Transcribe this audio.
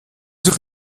sich